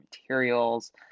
materials